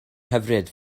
hyfryd